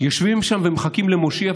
יושבים שם ומחכים למושיע,